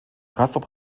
castrop